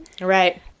Right